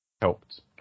helped